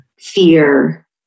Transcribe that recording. fear